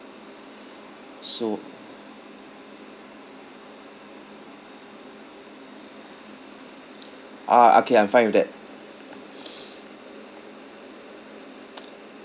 so ah okay I'm fine with that